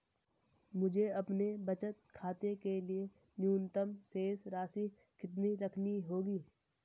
मुझे अपने बचत खाते के लिए न्यूनतम शेष राशि कितनी रखनी होगी?